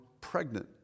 pregnant